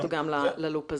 תודה